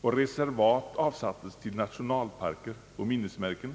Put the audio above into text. och reservat avsattes till nationalparker och minnesmärken.